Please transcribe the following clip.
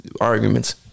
arguments